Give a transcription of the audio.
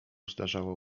zdarzało